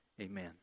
amen